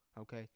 Okay